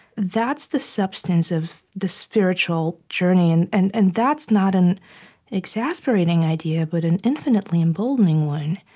that's the substance of the spiritual journey. and and and that's not an exasperating idea but an infinitely emboldening one.